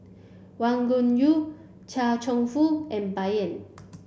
Wang Gungwu Chia Cheong Fook and Bai Yan